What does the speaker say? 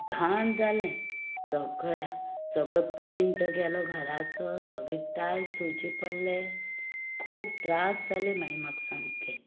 घाण जालें सगळ्याक सगळो पेंट गेलो घराचो सगळे टायल्स धुवचे पडले खूब त्रास जाले मागीर म्हाका सामकें